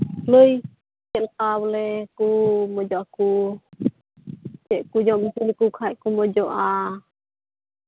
ᱞᱟᱹᱭ ᱪᱮᱫ ᱞᱮᱠᱟ ᱵᱚᱞᱮ ᱠᱚ ᱢᱚᱡᱚᱜ ᱟᱠᱚ ᱪᱮᱫ ᱠᱚ ᱡᱚᱢ ᱦᱚᱪᱚ ᱞᱮᱠᱚ ᱠᱷᱟᱱ ᱠᱚ ᱢᱚᱡᱚᱜᱼᱟ